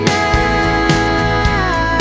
now